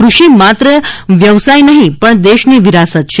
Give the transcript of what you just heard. કૃષિ માત્ર વ્યવસાય નહીં પણ દેશની વિરાસત છે